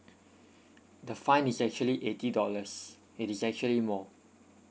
the fine is actually eighty dollars it is actually more